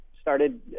started